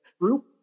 group